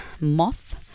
moth